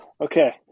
Okay